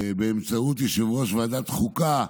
באמצעות יושב-ראש ועדת חוקה.